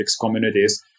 communities